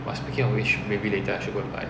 !wah! speaking of which maybe later I should go and buy